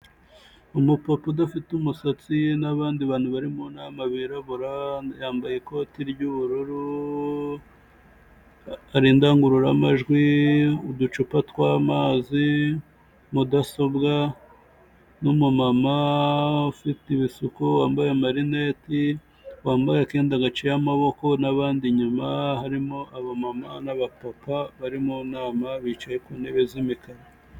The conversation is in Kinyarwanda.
Umupapa udafite umusatsi n'abandi bantu bari mu nama birabura, yambaye ikoti ry'ubururu hari indangururamajwi, uducupa tw'amazi, mudasobwa n'umumama ufite ibisuko wambaye amarineti, wambaye akenda gaciye amaboko, n'abandi inyuma harimo abamama n'abapapa bari mu nama bicaye ku ntebe z'imikara.